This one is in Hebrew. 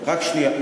רק שנייה.